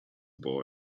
boy